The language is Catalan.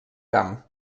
camp